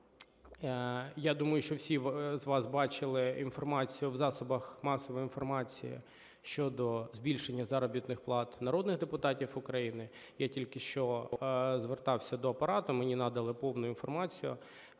Я думаю, що всі з вас бачили інформацію в засобах масової інформації щодо збільшення заробітних плат народних депутатів України. Я тільки що звертався до Апарату, мені надали повну інформацію.